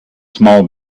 small